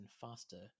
faster